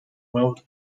world